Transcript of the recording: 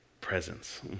presence